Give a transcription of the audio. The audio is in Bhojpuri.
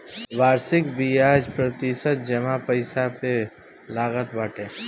वार्षिक बियाज प्रतिशत जमा पईसा पे लागत बाटे